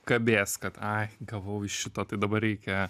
kabės kad ai gavau iš šito tai dabar reikia